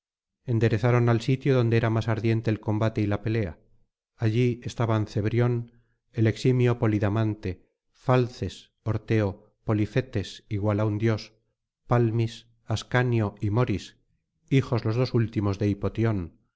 enderezaron al sitio donde era más ardiente el combate y la pelea allí estaban cebrión el eximio polidamante falces orteo polifetes igual á un dios palmis ascanio y morís hijos los dos últimos de hipotión